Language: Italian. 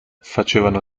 facevano